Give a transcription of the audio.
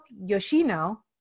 yoshino